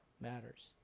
matters